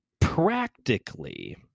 practically